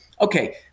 okay